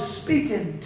speaking